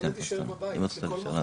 אני יכול להחליט שאצלי יש איזושהי התפרצות,